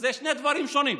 ואלה שני דברים שונים.